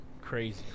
Crazy